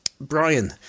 brian